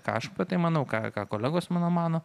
ką aš apie tai manau ką kolegos mano mano